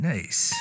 Nice